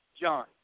John